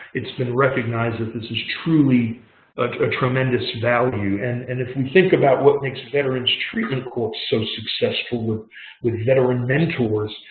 it's been recognized if this is truly a tremendous value. and and if we and think about what makes veterans treatment corp so successful with with veteran mentors,